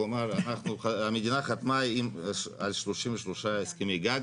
כלומר, המדינה חתמה על 33 הסכמי גג